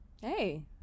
hey